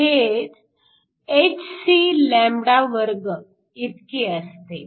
8kThc2इतकी असते